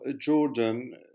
Jordan